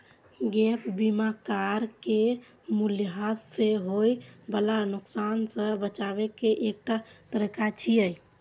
gap बीमा car के मूल्यह्रास सं होय बला नुकसान सं बचाबै के एकटा तरीका छियै